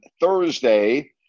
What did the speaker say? Thursday